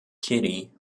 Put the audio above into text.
kitty